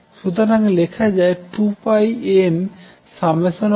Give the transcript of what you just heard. সুতরাং লেখা যায় 2πmnαn